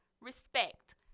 Respect